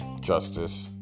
justice